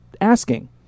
asking